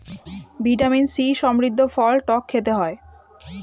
vitamin C সমৃদ্ধ ফল টক খেতে হয়